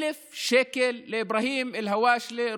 1,000 שקל לאברהים אל-הוואשלה,